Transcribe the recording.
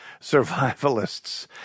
survivalists